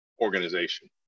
organization